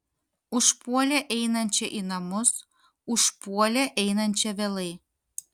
užpuolė einančią į namus užpuolė einančią vėlai